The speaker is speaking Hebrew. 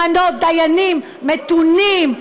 למנות דיינים מתונים,